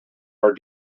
our